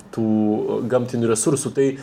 tų gamtinių resursų tai